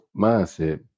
mindset